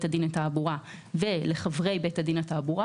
הדין לתעבורה ולחברי בית הדין לתעבורה,